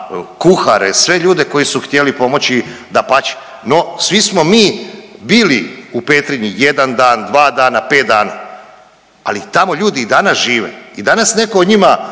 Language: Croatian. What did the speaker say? kuhare, sve ljude koji su htjeli pomoći, dapače, no svi smo mi bili u Petrinji jedan dan, dva dana, pet dana, ali tamo ljudi i danas žive i danas neko o njima